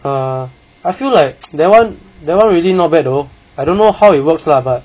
uh I feel like that [one] that [one] really not bad though I don't know how it works lah but